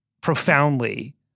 profoundly